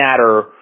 matter